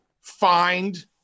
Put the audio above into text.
find